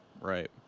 right